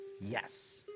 Yes